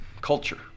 culture